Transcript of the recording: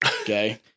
Okay